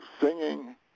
singing